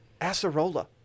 Acerola